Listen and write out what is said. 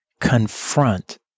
confront